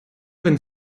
він